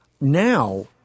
now